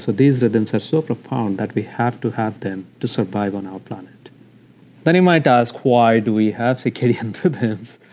so these rhythms are so profound that we have to have them to survive on our planet then you might ask, why do we have circadian rhythms?